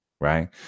Right